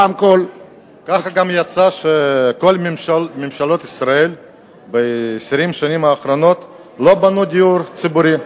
ככה גם יצא שכל ממשלות ישראל ב-20 השנים האחרונות לא בנו דיור ציבורי,